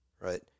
right